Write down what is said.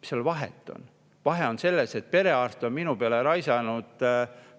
Mis seal vahet on? Vahe on selles, et perearst on minu peale raisanud